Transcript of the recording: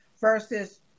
versus